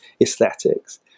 Aesthetics